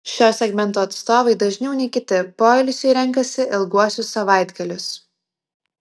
šio segmento atstovai dažniau nei kiti poilsiui renkasi ilguosius savaitgalius